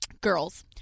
Girls